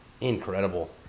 incredible